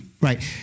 right